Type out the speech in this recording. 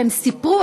והם סיפרו,